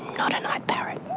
not a night parrot.